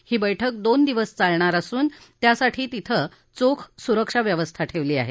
ही बैठक दोन दिवस चालणार असून त्यासाठी तिथं चोख सुरक्षा व्यवस्था ठेवली आहे